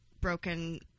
broken